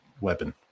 weapon